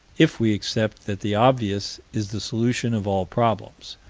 if we accept that the obvious is the solution of all problems,